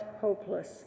hopeless